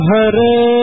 Hare